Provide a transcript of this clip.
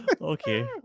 Okay